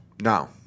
No